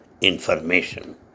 information